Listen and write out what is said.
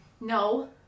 No